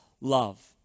love